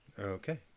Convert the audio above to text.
Okay